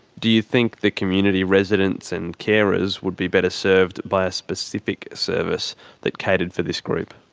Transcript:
do you think the community, residents and carers would be better served by a specific service that catered for this group?